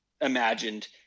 imagined